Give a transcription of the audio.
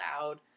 loud